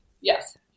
Yes